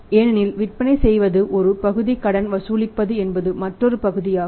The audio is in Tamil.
ஏனெனில் விற்பனை செய்வது ஒரு பகுதி கடன் வசூலிப்பது என்பது மற்றொரு பகுதியாகும்